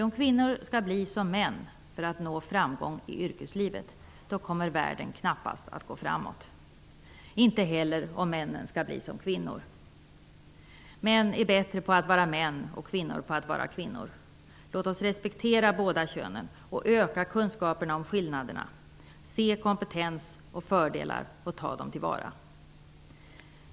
Ty om kvinnor skall bli som män för att nå framgång i yrkeslivet kommer världen knappast att gå framåt -- inte heller om männen skall bli som kvinnor. Män är bättre på att vara män och kvinnor på att vara kvinnor. Låt oss respektera båda könen och öka kunskaperna om skillnaderna, se kompetens och fördelar och ta dem till vara!